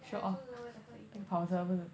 like I also don't know where the hell he going